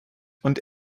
und